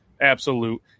absolute